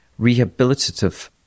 rehabilitative